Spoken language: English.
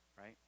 Right